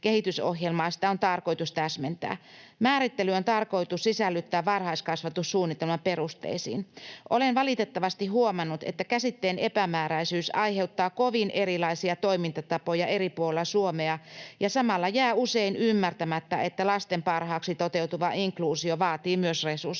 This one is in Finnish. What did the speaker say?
‑kehitysohjelmaa sitä on tarkoitus täsmentää. Määrittely on tarkoitus sisällyttää varhaiskasvatussuunnitelman perusteisiin. Olen valitettavasti huomannut, että käsitteen epämääräisyys aiheuttaa kovin erilaisia toimintatapoja eri puolilla Suomea ja samalla jää usein ymmärtämättä, että lasten parhaaksi toteutuva inkluusio vaatii myös resursseja.